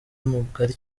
mugari